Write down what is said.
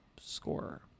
scorer